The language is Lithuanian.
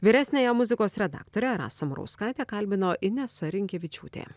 vyresniąją muzikos redaktorę rasą murauskaitę kalbino inesa rinkevičiūtė